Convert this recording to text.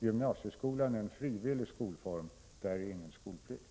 Gymnasieskolan däremot är en frivillig skolform, och där råder ingen skolplikt.